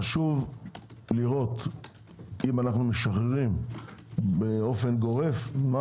חשוב לראות אם אנו משחררים באופן גורף מה